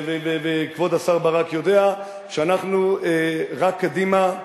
וכבוד השר ברק יודע שאנחנו, רק קדימה,